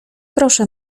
proszę